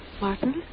Martin